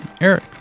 Eric